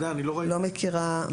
לא מכירה.